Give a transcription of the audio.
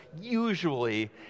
usually